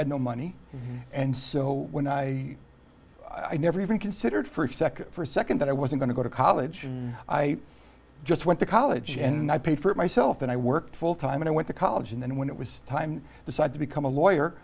had no money and so when i i never even considered for a second for a second that i was going to go to college i just went to college and i paid for it myself and i worked full time and i went to college and then when it was time decide to become a lawyer